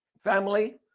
family